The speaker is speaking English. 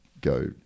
go